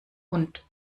und